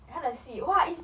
他的戏哇 is